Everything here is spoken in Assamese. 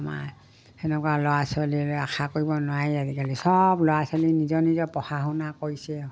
আমাৰ সেনেকুৱা ল'ৰা ছোৱালীলৈ আশা কৰিব নোৱাৰি আজিকালি চব ল'ৰা ছোৱালী নিজৰ নিজৰ পঢ়া শুনা কৰিছে